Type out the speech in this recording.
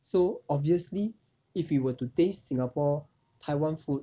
so obviously if you were to taste singapore taiwan food